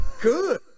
Good